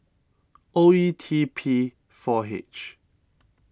O E T P four H